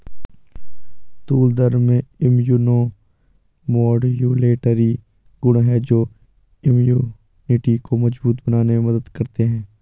तूर दाल में immunomodulatory गुण हैं जो इम्यूनिटी को मजबूत बनाने में मदद करते है